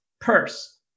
purse